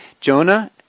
Jonah